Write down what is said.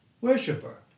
worshiper